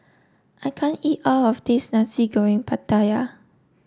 I can't eat all of this Nasi Goreng Pattaya